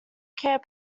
care